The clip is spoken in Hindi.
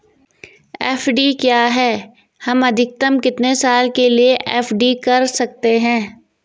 एफ.डी क्या है हम अधिकतम कितने साल के लिए एफ.डी कर सकते हैं?